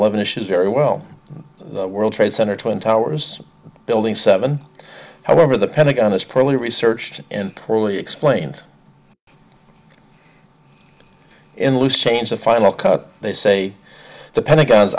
eleven issues very well the world trade center twin towers building seven however the pentagon is poorly researched and poorly explained in loose change a final cut they say the pentagon's